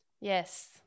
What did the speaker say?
Yes